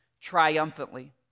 triumphantly